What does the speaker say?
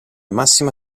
massima